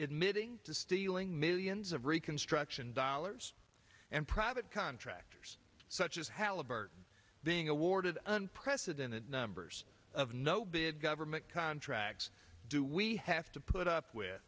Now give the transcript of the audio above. admitting to stealing millions of reconstruction dollars and private contractors such as halliburton being awarded unprecedented numbers of no bid government contracts do we have to put up with